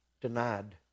denied